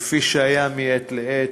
וכפי שיהיה מעת לעת.